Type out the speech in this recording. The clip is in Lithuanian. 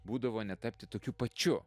būdavo netapti tokiu pačiu